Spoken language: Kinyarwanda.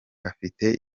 afite